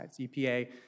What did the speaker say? EPA